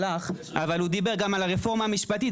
חבר הכנסת קריב דיבר גם על הרפורמה המשפטית,